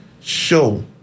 show